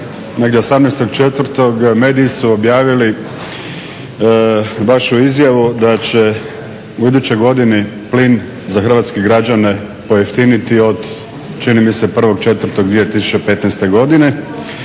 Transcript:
18.4. mediji su objavili vašu izjavu da će u idućoj godini plin za hrvatske građane pojeftiniti od čini mi se od 1.4.2015.godine